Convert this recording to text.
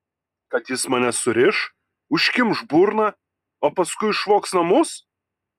kad jis mane suriš užkimš burną o paskui išvogs namus